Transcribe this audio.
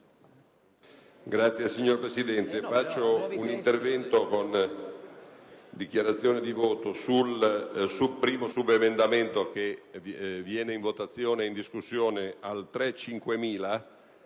*(PD)*. Signor Presidente, faccio un intervento in dichiarazione di voto sul primo subemendamento che viene in votazione e in discussione, il 3.5000/300,